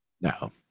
No